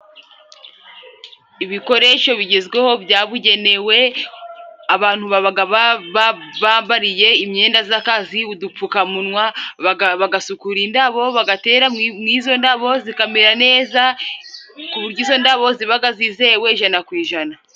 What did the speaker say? Ibikoresho bigezweho byabugenewe, abantu babaga bambariye imyenda z'akazi udupfukamunwa. Bagasukura indabo bagatera mu izo ndabo zikamera neza, ku buryo izo ndabo zibaga zizewe ijana ku ijana.